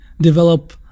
develop